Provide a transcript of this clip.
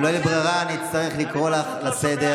אם לא תהיה לי ברירה אני אצטרך לקרוא אותך לסדר.